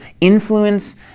influence